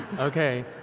okay.